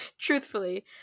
Truthfully